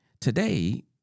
Today